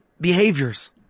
behaviors